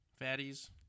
Fatties